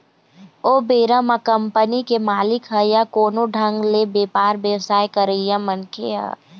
ओ बेरा म कंपनी के मालिक ह या कोनो ढंग ले बेपार बेवसाय करइया मनखे ह